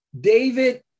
David